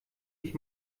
ich